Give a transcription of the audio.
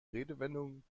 redewendungen